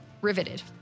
Riveted